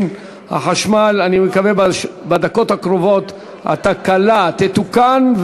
אני מקווה שבדקות הקרובות התקלה תתוקן,